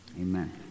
Amen